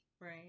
Right